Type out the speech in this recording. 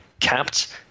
capped